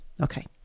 Okay